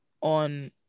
on